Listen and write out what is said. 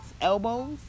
elbows